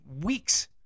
weeks